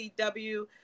CW